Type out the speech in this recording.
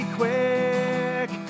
quick